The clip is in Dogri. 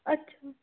अच्छा